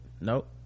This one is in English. nope